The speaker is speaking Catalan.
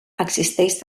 existeix